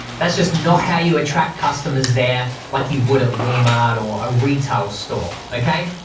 that's just not how you attract customers there like you would at walmart, or a retail store, okay?